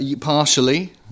Partially